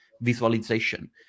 visualization